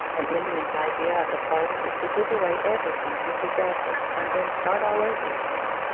an in dian's idea of a party is to give away every thing he possesses and then start all over again.